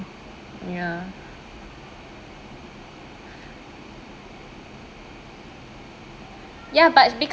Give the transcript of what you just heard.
ya ya but because